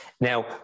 Now